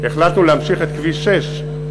החלטנו להמשיך את כביש 6,